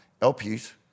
LPS